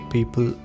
People